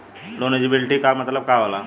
Loan eligibility का मतलब का होला?